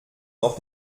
noch